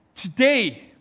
Today